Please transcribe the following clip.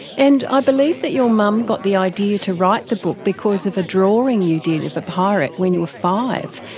and i believe that your mum got the idea to write the book because of a drawing you did of pirate when you were five.